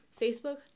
facebook